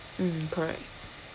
mm correct